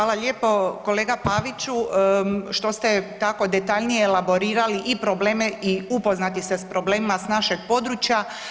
Hvala lijepo kolega Paviću što ste tako detaljnije elaborirali i probleme i upoznati ste s problemima s našeg područja.